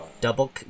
Double